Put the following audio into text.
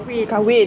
kahwin